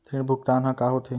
ऋण भुगतान ह का होथे?